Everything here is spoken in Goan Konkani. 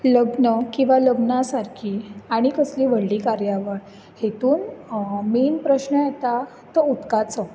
लग्न किवां लग्ना सारकी आनी कसली व्हडली कार्यावळ हेतुन मेन प्रस्न येता तो उदकाचो